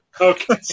Okay